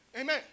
Amen